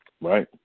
Right